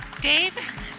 Dave